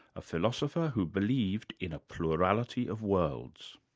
a philosopher who believed in a plurality of worlds.